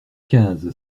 quinze